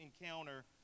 encounter